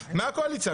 מהקואליציה,